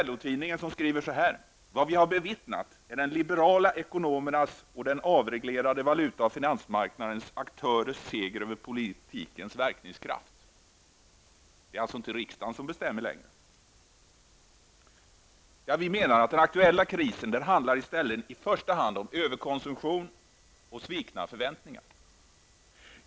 LO-tidningen skriver: ''Vad vi bevittnar är de liberala ekonomernas och den avreglerade valutaoch finansmarknadens aktörers seger över politikens verkningskraft.'' Det är alltså inte längre riksdagen som bestämmer. Den aktuella krisen handlar i stället i första hand om överkonsumtion och svikna förväntningar.